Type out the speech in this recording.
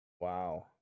wow